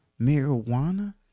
marijuana